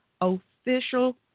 official